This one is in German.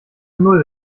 null